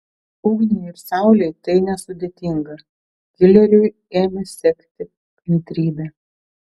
ugniai ir saulei tai nesudėtinga kileriui ėmė sekti kantrybė